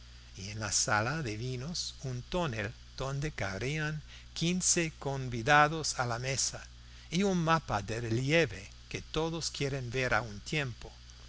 y en la sala de vinos un tonel donde cabrían quince convidados a la mesa y un mapa de relieve que todos quieren ver a un tiempo